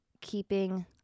keeping